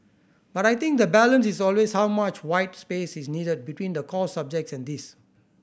but I think the balance is always how much white space is needed between the core subjects and this